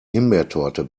himbeertorte